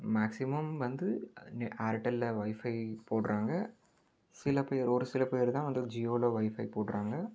maximum வந்து ஆர்டெல்லில் wifi போடுறாங்க சில பேர் ஒரு சில பேர் தான் வந்து ஜியோவில் வைஃபை போடுறாங்க